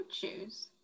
choose